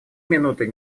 минуты